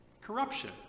Corruption